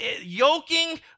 yoking